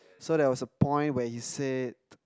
so there was a point where he said